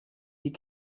die